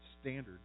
standard